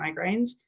migraines